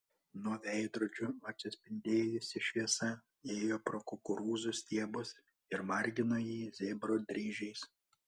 nuo veidrodžių atsispindėjusi šviesa ėjo pro kukurūzų stiebus ir margino jį zebro dryžiais